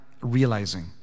realizing